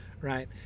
right